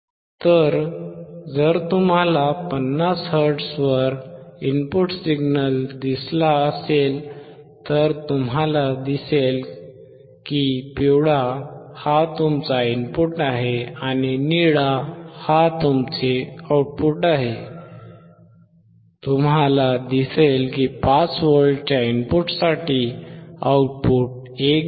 तर जर तुम्हाला ५० हर्ट्झवर इनपुट सिग्नल दिसला असेल तर तुम्हाला दिसेल की पिवळा हा तुमचा इनपुट आहे आणि निळा हा तुमचे आउटपुट आहे तुम्हाला दिसेल की 5V च्या इनपुटसाठी आउटपुट 1